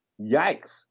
Yikes